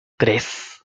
tres